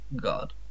god